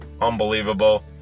unbelievable